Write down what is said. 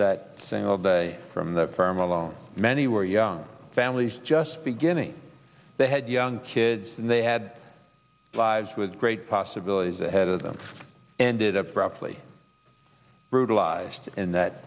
that single day from the firm alone many were young families just beginning they had young kids and they had lives with great possibilities ahead of them ended up briefly brutalized in that